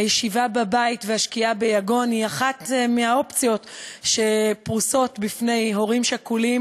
הישיבה בבית והשקיעה ביגון הן אחת מהאופציות שפרוסות בפני הורים שכולים,